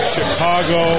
Chicago